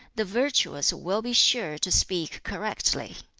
the virtuous will be sure to speak correctly,